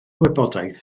wybodaeth